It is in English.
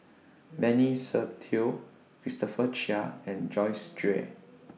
Benny Se Teo Christopher Chia and Joyce Jue